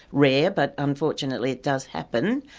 rare, but unfortunately it does happen,